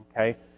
okay